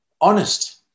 honest